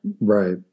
right